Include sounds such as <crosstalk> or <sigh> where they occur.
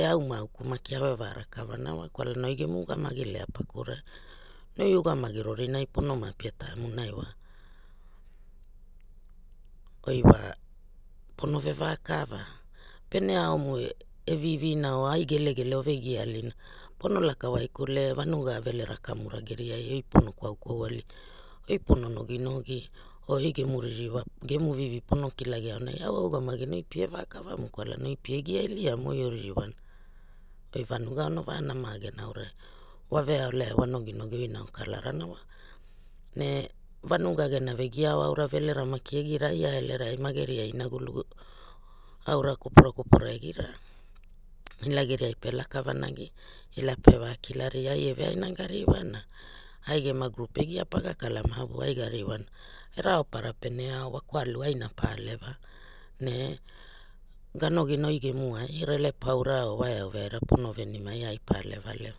E au ma auku maki ave va rakarana wa kwalana oi gemu ugamagi lea pakurai <hesitation> na oi ugamagi rorirai pono ma apia taimu nai wa <hesitation> oi wa pono vevakava pene aumu e vivina or ai gelegele ove gia alina pono laka waikule vanuga velera komara geria oi pono kwau kwau ali oi pono noginogi oi gemu ririwa gemu vivi pono kilagia aunai au a ugamagina oi pie vakava mu kwalana oi pie gia iligamu oi o ririwana oi vanuga ono varana geria arurai wa veaolea wa gohinogi oina o kalara wa ne vanuga gena ve gia aura velera maki egira ia gelerai ma gera inagulu <hesitation> aura kopura kopura ila geriai pe lakavanagi ila pe va kila ria ai e veaina ga ririwana ai gema grupu egia paga kala mavavua ai ga ririwana e raopara pere ovo wa kulau aina pa aleva ne ga nogina oi gemuai rele paura o wa eau veaira pono venimai ai pa aleve alve